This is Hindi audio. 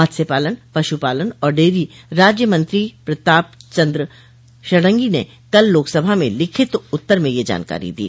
मत्स्य पालन पशु पालन और डेयरी राज्य मंत्री प्रताप चंद्र षडंगी ने कल लोकसभा में लिखित उत्तर में यह जानकारी दी